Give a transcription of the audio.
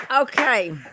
Okay